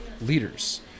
leaders